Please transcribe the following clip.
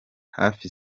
hafi